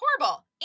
Horrible